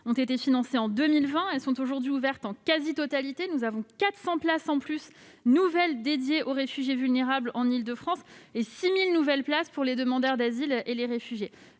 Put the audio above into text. ont été financées ; elles sont aujourd'hui ouvertes en quasi-totalité. Par ailleurs, on compte 400 places supplémentaires dédiées aux réfugiés vulnérables en Île-de-France et 6 000 nouvelles places pour les demandeurs d'asile et les réfugiés.